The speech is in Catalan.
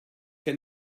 que